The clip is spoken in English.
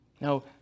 Now